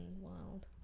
wild